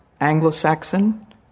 Anglo-Saxon